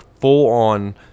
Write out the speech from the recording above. full-on